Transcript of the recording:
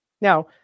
Now